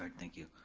um thank you.